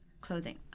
clothing